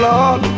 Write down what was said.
Lord